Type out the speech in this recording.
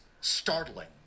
startling